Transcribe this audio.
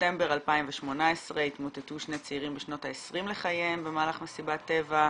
בספטמבר 2018 התמוטטו שני צעירים בשנות העשרים לחייהם במהלך מסיבת טבע,